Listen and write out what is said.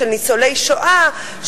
של ניצולי שואה,